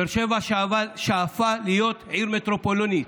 באר שבע שאפה להיות עיר מטרופולינית.